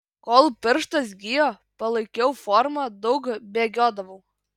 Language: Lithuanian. kol pirštas gijo palaikiau formą daug bėgiodavau